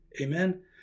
amen